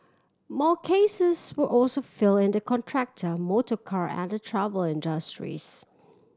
more cases were also filed in the contractor motorcar and the travel industries